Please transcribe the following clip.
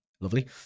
Lovely